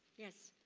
yes,